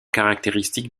caractéristique